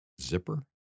zipper